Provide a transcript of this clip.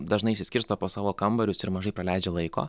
dažnai išsiskirsto po savo kambarius ir mažai praleidžia laiko